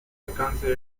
alcance